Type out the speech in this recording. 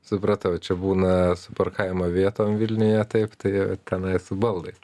supratau čia būna su parkavimo vietom vilniuje taip tai tenai su baldais